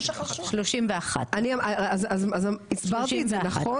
29. 31. אז הסברתי את זה נכון?